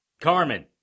Carmen